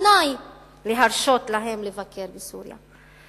כתנאי להרשות להם לבקר בסוריה.